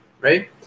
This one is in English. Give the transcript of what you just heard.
right